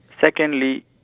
Secondly